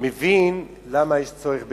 מבין למה יש צורך בקסדה.